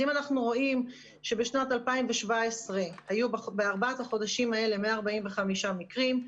אנחנו רואים שבשנת 2017 היו בארבעת החודשים האלה 145 מקרים,